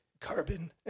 carbon